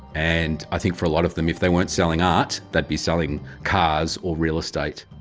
and i think for a lot of them if they weren't selling art, they'd be selling cars or real estate.